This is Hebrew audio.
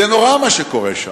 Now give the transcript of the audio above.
זה נורא מה שקורה שם.